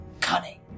Cunning